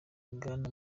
bwana